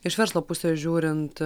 iš verslo pusės žiūrint